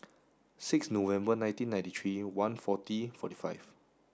six November nineteen ninety three one forty forty five